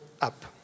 up